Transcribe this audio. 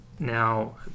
Now